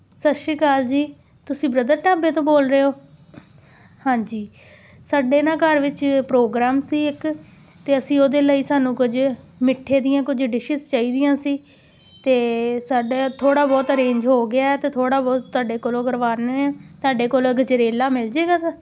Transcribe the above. ਸਤਿ ਸ਼੍ਰੀ ਅਕਾਲ ਜੀ ਤੁਸੀਂ ਬਰਦਰ ਢਾਬੇ ਤੋਂ ਬੋਲ ਰਹੇ ਹੋ ਹਾਂਜੀ ਸਾਡੇ ਨਾ ਘਰ ਵਿੱਚ ਪ੍ਰੋਗਰਾਮ ਸੀ ਇੱਕ ਅਤੇ ਅਸੀਂ ਉਹਦੇ ਲਈ ਸਾਨੂੰ ਕੁਝ ਮਿੱਠੇ ਦੀਆਂ ਕੁਝ ਡਿਸ਼ਿਜ਼ ਚਾਹੀਦੀਆਂ ਸੀ ਅਤੇ ਸਾਡਾ ਥੋੜ੍ਹਾ ਬਹੁਤ ਅਰੇਂਜ ਹੋ ਗਿਆ ਅਤੇ ਥੋੜ੍ਹਾ ਬਹੁਤ ਤੁਹਾਡੇ ਕੋਲੋਂ ਕਰਵਾਉਂਦੇ ਹਾਂ ਤੁਹਾਡੇ ਕੋਲੋਂ ਗਜਰੇਲਾ ਮਿਲ ਜਾਵੇਗਾ ਸਰ